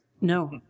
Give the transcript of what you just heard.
No